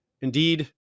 indeed